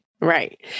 Right